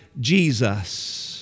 Jesus